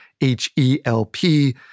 H-E-L-P